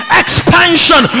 expansion